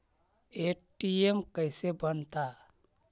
ATM कैसे बनता?